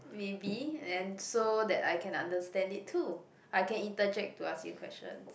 maybe and so that I can understand it too I can interject to ask you questions